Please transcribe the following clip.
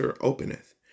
openeth